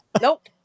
Nope